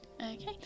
Okay